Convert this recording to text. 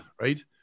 right